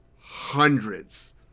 Hundreds